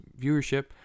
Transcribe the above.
viewership